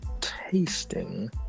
Tasting